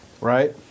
right